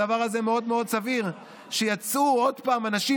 זה מאוד מאוד סביר שיצאו עוד פעם אנשים